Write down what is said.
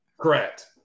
Correct